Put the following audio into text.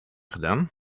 gedaan